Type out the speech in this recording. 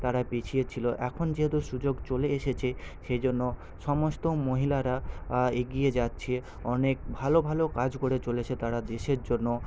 তারা পিছিয়ে ছিল এখন যেহেতু সুযোগ চলে এসেছে সেই জন্য সমস্ত মহিলারা এগিয়ে যাচ্ছে অনেক ভালো ভালো কাজ করে চলেছে তারা দেশের জন্য